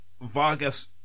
Vargas